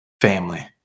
family